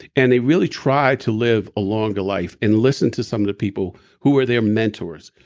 and they really tried to live a longer life and listen to some of the people who were their mentors.